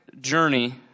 journey